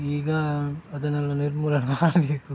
ಈಗ ಅದನ್ನೆಲ್ಲ ನಿರ್ಮೂಲನೆ ಮಾಡಬೇಕು